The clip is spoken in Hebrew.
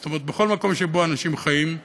זאת אומרת, בכל זמן שבו אנשים חיים,